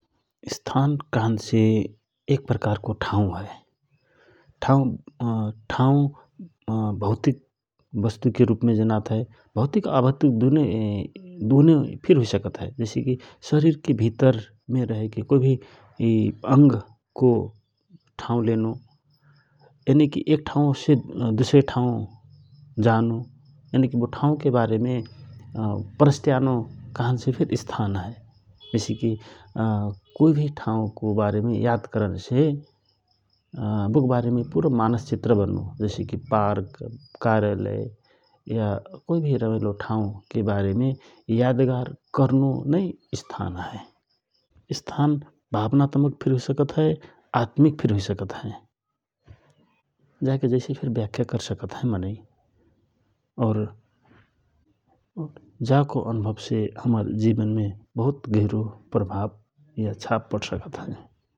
स्थान कहन से एक प्रकारको ठाउ हए, ठाउ भौतिक वस्तुके रूपमे जनात हए भौतिक अभौतिक दुने फिर हुइ सकत हए ,जैसे कि शरिरके भितर मे रहिके कोइ भि अंगको ठाउ लेनोयनिका एक ठाउ से दुसरे ठाउ जानो यनिकि बो ठाउके बारेमे प्रस्ट्यानो कहन से फिर स्थान हए ।जैसिकि कोइ भि ठाउ को बारेमे याद करन से बोक बारेम पुरो मानस चित्र बन्नो जैसिकि पार्क, कार्यालय, या कोइ भि रमाइलो ठाउ के बारेमे यादगार करनो ही स्थान हए । स्थान भावनात्मक फिर हुइसकत हए आत्मिक फिर हुइसकत हए जाके जैसे फिर व्याख्या करसकत हए मनै और जाको अनुभवसे हमर जिवन मे बहुत गहिरो प्रभाव या छाप पडसकत हए ।